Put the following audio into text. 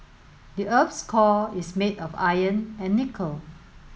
the earth's core is made of iron and nickel